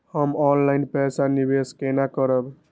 हम ऑनलाइन पैसा निवेश केना करब?